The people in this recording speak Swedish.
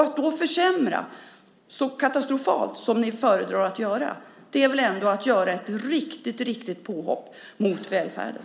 Att då försämra så katastrofalt som ni föredrar att göra är väl ändå att göra ett riktigt påhopp på välfärden?